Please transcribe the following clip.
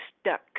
stuck